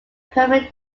permit